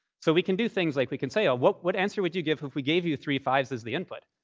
so we can do things like we can say, ah what answer would you give if we gave you three five s as the input?